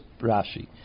Rashi